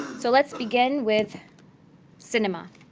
so let's begin with cinema.